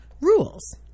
rules